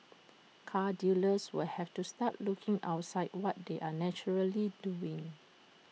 car dealers will have to start looking outside what they are naturally doing